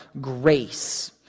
grace